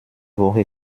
woche